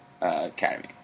Academy